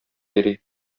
йөри